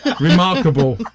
Remarkable